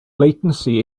latency